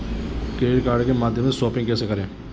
Credit card के माध्यम से शॉपिंग कैसे करें?